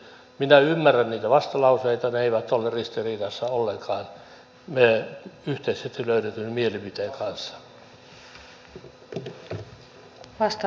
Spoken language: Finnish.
minä ymmärrän niitä vastalauseita ne eivät ole ollenkaan ristiriidassa yhteisesti löydetyn mielipiteen kanssa